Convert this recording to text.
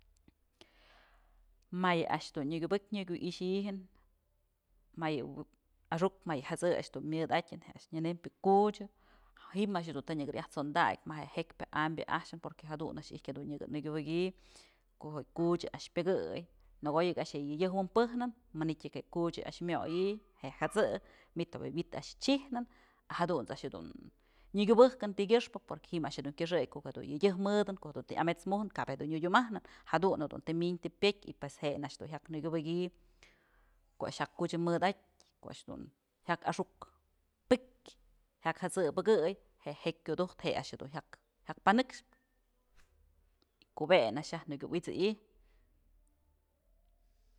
Ma'a yë a'ax dun nyëkyubëk nyëkuixijën mayë axuk mayë jat'së a'ax dun myëdatyën je'e a'ax nyënëmbyë kuchën ji'im a'ax dun të nyëkë yaj t'sondakyë ma'a je'e jëkpyë ambyë a'axën porque jadun a'ax dun nyëkë nëkubëkyë ko'o je'e kuch a'ax pyëkëy nëkoyëk a'ax je'e yëdyëjk wi'in pëjnë manytyëk je'e kuch yë a'ax myoyi'i je'e jat'së manytë ob je'e wi'it a'ax chyjnën a jadunt's a'ax jedun nyëkubëjnë ti'ikyëxpë porque ji'im a'ax dun kyëxëk ko'o jedun yëdyëj mëdën ko'o jedun të yamët's mujnë kap jedun nyudumajnë jadun jeduntë myëñ të pyetë y pues je'ena a'ax dun jyak nëkubëky ko'o a'ax jyak kuch mëdatyë ko'o a'ax jedun jyak axu'uk pëkyë jyak jët'së pëkëy je'e jekyë kudujtë je'e a'ax dun jyak jyak panëkx pyë kubën a'ax nëkyuwit'sëyi.